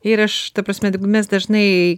ir aš ta prasme mes dažnai